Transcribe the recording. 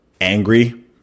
angry